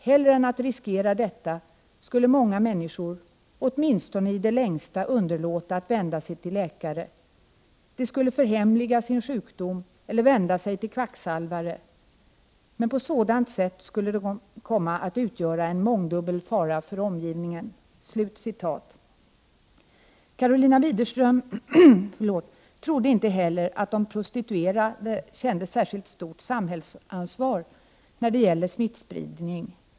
Hellre än att riskera detta skulle många människor, åtminstone i det längsta underlåta att vända sig till läkare; de skulle förhemliga sin sjukdom eller vända sig till kvacksalvare. Men på sådant sätt skulle de komma att utgöra en mångdubbel fara för omgivningen.” Karolina Widerström trodde inte heller att de prostituerade kände särskilt stort samhällsansvar när det gäller smittspridning.